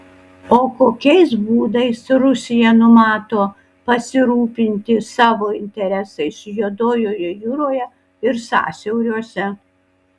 o kokiais būdais rusija numato pasirūpinti savo interesais juodojoje jūroje ir sąsiauriuose